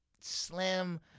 slim